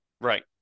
right